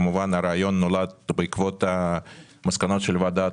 כמובן הרעיון נולד בעקבות המסקנות של ועדת